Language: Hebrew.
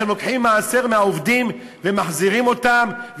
אתם לוקחים מעשר מהעובדים ומחזיקים אותם,